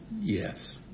yes